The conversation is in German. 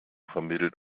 vermittelt